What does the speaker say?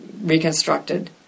reconstructed